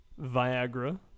Viagra